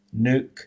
Nuke